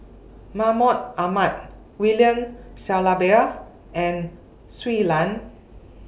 Mahmud Ahmad William Shellabear and Shui Lan